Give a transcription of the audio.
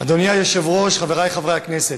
אדוני היושב-ראש, חברי חברי הכנסת,